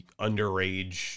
underage